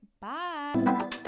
Bye